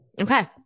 okay